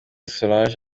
solange